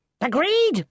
agreed